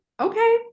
Okay